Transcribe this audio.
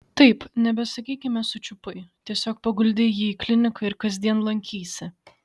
taip nebesakykime sučiupai tiesiog paguldei jį į kliniką ir kasdien lankysi